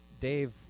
Dave